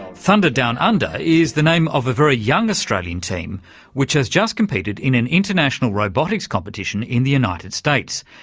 thunder down under and is the name of a very young australian team which has just competed in an international robotics competition in the united states,